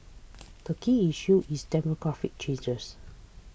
the key issue is demographic changes